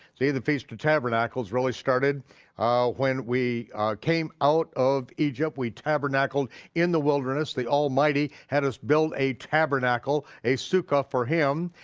the the feast of tabernacles really started when we came out of egypt, we tabernacled in the wilderness, the almighty had us build a tabernacle, a sukkah for him,